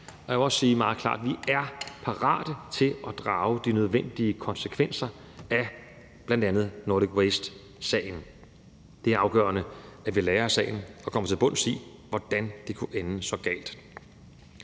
Jeg vil også sige meget klart: Vi er parate til at drage de nødvendige konsekvenser af bl.a. Nordic Waste-sagen. Det er afgørende, at vi lærer af sagen og kommer til bunds i, hvordan det kunne ende så galt.